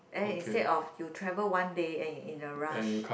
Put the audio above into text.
then instead of you travel one day and you in a rush